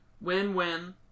Win-win